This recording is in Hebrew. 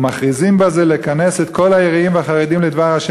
ומכריזים בזה לכנס את כל היראים והחרדים לדבר ד'